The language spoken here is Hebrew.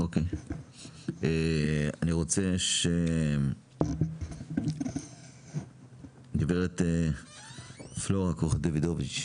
אני רוצה לשמוע את גברת פלורה קוך דוידוביץ',